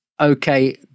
okay